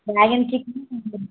dragon chicken and